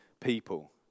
people